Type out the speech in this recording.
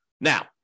Now